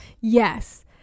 Yes